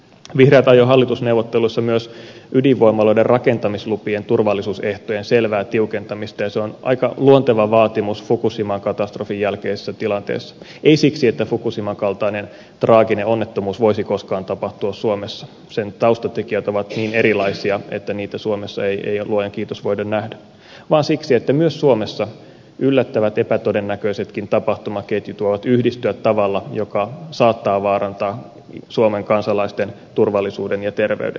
vihreät ajoi hallitusneuvottelussa myös ydinvoimaloiden rakentamislupien turvallisuusehtojen selvää tiukentamista ja se on aika luonteva vaatimus fukushiman katastrofin jälkeisessä tilanteessa ei siksi että fukushiman kaltainen traaginen onnettomuus voisi koskaan tapahtua suomessa sen taustatekijät ovat niin erilaisia että niitä suomessa ei luojan kiitos voida nähdä vaan siksi että myös suomessa yllättävät epätodennäköisetkin tapahtumaketjut voivat yhdistyä tavalla joka saattaa vaarantaa suomen kansalaisten turvallisuuden ja terveyden